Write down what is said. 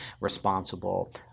responsible